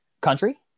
country